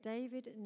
David